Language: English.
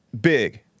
big